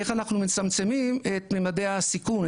איך אנחנו מצמצמים את ממדי הסיכון,